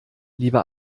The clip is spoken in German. lieber